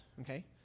okay